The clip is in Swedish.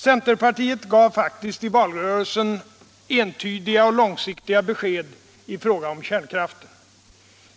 Centerpartiet gav faktiskt i valrörelsen entydiga och långsiktiga besked i fråga om kärnkraften.